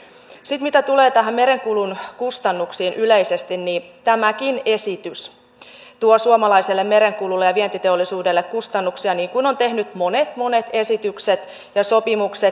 sitten mitä tulee näihin merenkulun kustannuksiin yleisesti tämäkin esitys tuo suomalaiselle merenkululle ja vientiteollisuudelle kustannuksia niin kuin ovat tehneet monet monet esitykset ja sopimukset ja lait